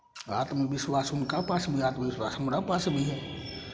आत्मविश्वास हुनका पास भी हइ आत्मविश्वास हमरा पास भी हइ